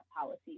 policies